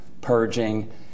purging